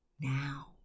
now